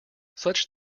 such